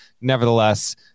Nevertheless